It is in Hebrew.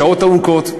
שעות ארוכות,